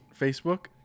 Facebook